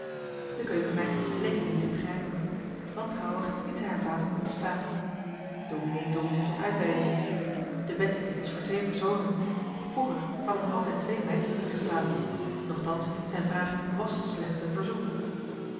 de keukenmeid bleek hem niet te begrijpen wantrouwig liet zij haar vatenboel staan dominee dwong zich tot uitweidingen de bedstee wàs voor twee personen vroeger hadden er altijd twee meisjes in geslapen nochtans zijn vraag wàs slechts een verzoek